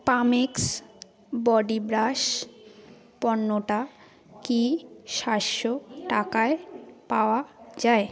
Pamex body brush পণ্যটা কি সাতশো টাকায় পাওয়া যায়